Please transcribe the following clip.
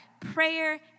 prayer